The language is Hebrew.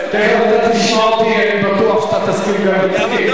תיכף אתה תשמע אותי, אני בטוח שאתה תסכים גם אתי.